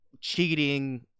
cheating